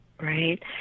Right